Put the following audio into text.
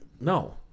No